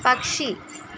പക്ഷി